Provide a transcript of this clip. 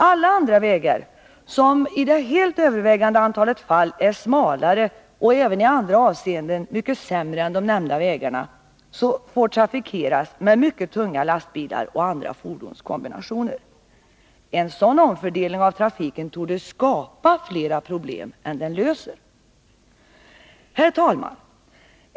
Alla andra vägar, som i det helt övervägande antalet fall är smalare och även i andra avseenden mycket sämre än de nämnda vägarna, får trafikeras med mycket tunga lastbilar och andra fordonskombinationer. En sådan omfördelning av trafiken torde skapa flera problem än den löser. Herr talman!